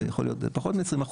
זה יכול להיות פחות מ-20%,